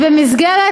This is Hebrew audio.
ובמסגרת